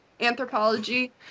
anthropology